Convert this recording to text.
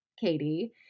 Katie